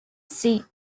sea